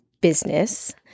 business